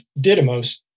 Didymos